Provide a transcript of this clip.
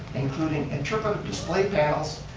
including interpretive display panels,